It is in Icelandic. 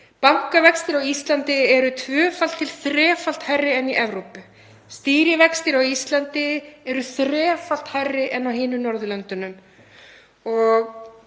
Bankavextir á Íslandi eru tvöfalt til þrefalt hærri en í Evrópu. Stýrivextir á Íslandi eru þrefalt hærri en á hinum Norðurlöndunum.